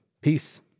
Peace